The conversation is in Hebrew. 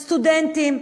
סטודנטים,